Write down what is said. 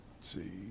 see